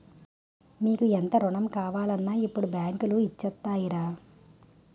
మీకు ఎంత రుణం కావాలన్నా ఇప్పుడు బాంకులు ఇచ్చేత్తాయిరా